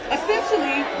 Essentially